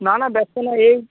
না না ব্যস্ত না এই